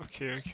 okay okay